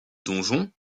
donjon